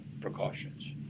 precautions